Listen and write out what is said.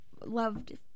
loved